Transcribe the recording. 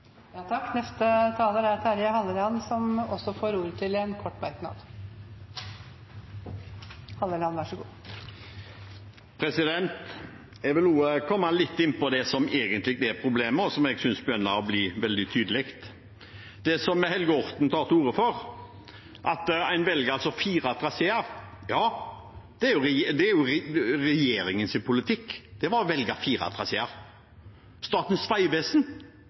får ordet til en kort merknad, begrenset til 1 minutt. Jeg vil også komme litt inn på det som egentlig er problemet, og som jeg synes begynner å bli veldig tydelig. Det som Helge Orten tar til orde for, at en altså velger fire traseer, er jo regjeringens politikk. Statens vegvesen valgte en, og så føyde de til to for å